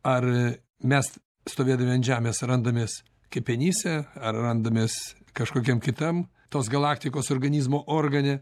ar mes stovėdami ant žemės randamės kepenyse ar randamės kažkokiam kitam tos galaktikos organizmo organe